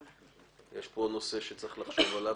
יש פה נושא שצריך לחשוב עליו.